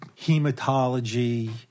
hematology